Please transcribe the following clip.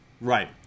Right